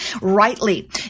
rightly